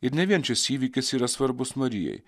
ir ne vien šis įvykis yra svarbus marijai